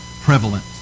prevalent